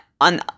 on